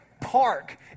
park